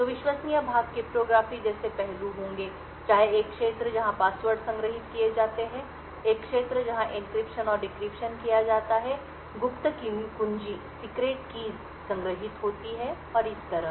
तो विश्वसनीय भाग क्रिप्टोग्राफी जैसे पहलू होंगे चाहे एक क्षेत्र जहां पासवर्ड संग्रहीत किए जाते हैं एक क्षेत्र जहां एन्क्रिप्शन और डिक्रिप्शन किया जाता है गुप्त कुंजी संग्रहीत होती हैं और इसी तरह